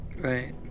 right